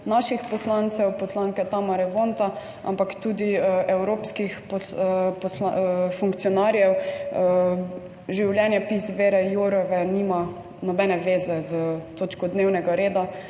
naših poslancev, poslanke Tamare Vonta, ampak tudi evropskih funkcionarjev. Življenjepis Věre Jourove nima nobene veze s točko dnevnega reda,